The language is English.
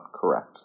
correct